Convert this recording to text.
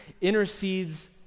intercedes